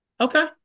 Okay